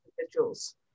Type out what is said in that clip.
individuals